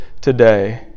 today